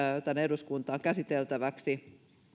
tänne eduskuntaan käsiteltäväksi